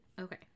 Okay